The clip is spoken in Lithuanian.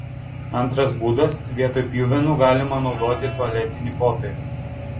antras būdas vietoj pjuvenų galima naudoti tualetinį popierių